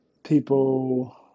people